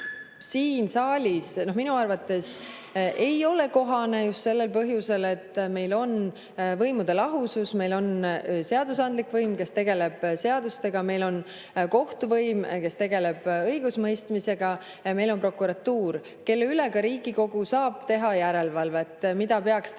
igal juhul ei ole minu arvates kohane, just sellel põhjusel, et meil on võimude lahusus. Meil on seadusandlik võim, kes tegeleb seadustega. Meil on kohtuvõim, kes tegeleb õigusmõistmisega. Meil on prokuratuur, kelle üle ka Riigikogu saab teha järelevalvet, mida peaks tegema,